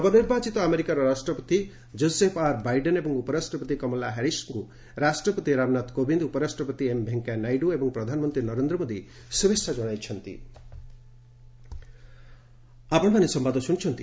ନବନିର୍ବାଚିତ ଆମେରିକାର ରାଷ୍ଟ୍ରପତି ଜୋସେଫ୍ ଆର୍ ବାଇଡେନ୍ ଏବଂ ଉପରାଷ୍ଟ୍ରପତି କମଳା ହାରିଶ୍ଙ୍କୁ ରାଷ୍ଟ୍ରପତି ରାମନାଥ କୋବିନ୍ଦ୍ ଉପରାଷ୍ଟ୍ରପତି ଏମ୍ ଭେଙ୍କିୟା ନାଇଡ଼ ଏବଂ ପ୍ରଧାନମନ୍ତ୍ରୀ ନରେନ୍ଦ୍ର ମୋଦି ଶୁଭେଚ୍ଛା ଜଣାଇଚ୍ଚନ୍ତି